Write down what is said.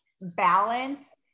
balance